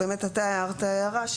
אתה הערת הערה,